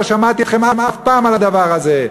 לא שמעתי אתכם אף פעם על הדבר הזה,